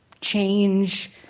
change